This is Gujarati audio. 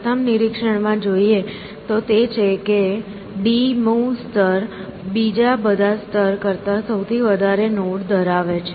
પ્રથમ નિરીક્ષણમાં જોઈએ તો તે છે કે d મું સ્તર બીજા બધા સ્તર કરતાં સૌથી વધારે નોડ ધરાવે છે